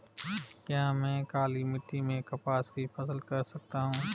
क्या मैं काली मिट्टी में कपास की फसल कर सकता हूँ?